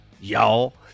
Y'all